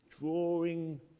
drawing